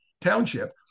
Township